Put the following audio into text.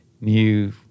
new